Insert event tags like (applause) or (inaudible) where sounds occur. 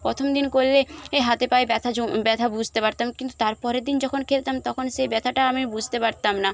প্রথম দিন করলে এ হাতে পায়ে ব্যথা (unintelligible) ব্যথা বুঝতে পারতাম কিন্তু তার পরের দিন যখন খেলতাম তখন সেই ব্যথাটা আমি বুঝতে পারতাম না